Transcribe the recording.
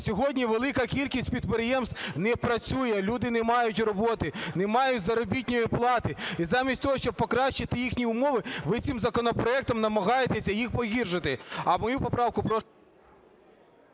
Сьогодні велика кількість підприємств не працює, люди не мають роботи, не мають заробітної плати. І замість того, щоб покращити їхні умови, ви цим законопроектом намагаєтеся їх погіршити.